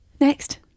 Next